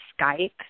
Skype